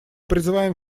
призываем